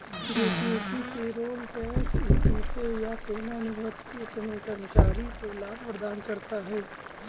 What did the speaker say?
gratuity payroll tax इस्तीफे या सेवानिवृत्ति के समय कर्मचारी को लाभ प्रदान करता है